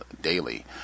daily